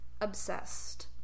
obsessed